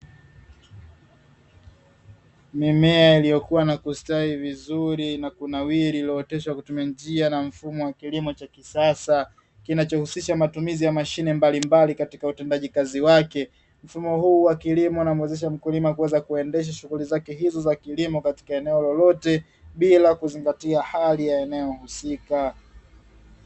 Mimea iliyokua na kustawi vizuri na kunawiri iliyooteshwa kwa kutumia njia na mfumo wa kilimo cha kisasa kinachohusisha matumizi ya mashine mbalimbali katika utendaji kazi wake, mfumo huu wa kilimo unamuwezesha mkulima kuweza kuendesha shughuli zake hizo za kilimo katika eneo lolote bila kuzingatia hali ya eneo husika.